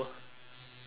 three